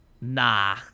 nah